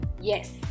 Yes